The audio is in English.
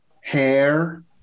hair